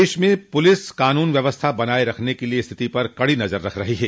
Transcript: प्रदेश में पुलिस कानून व्यवस्था बनाए रखने के लिए स्थिति पर कड़ी नजर रख रही है